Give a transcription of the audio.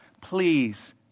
Please